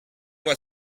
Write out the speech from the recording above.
moi